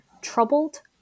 troubled